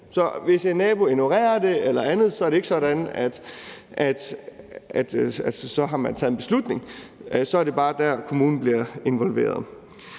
Så hvis en nabo ignorerer det eller andet, er det ikke sådan, at man så har taget en beslutning, så er det bare dér, hvor kommunen bliver involveret.